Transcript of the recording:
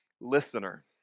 listener